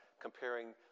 comparing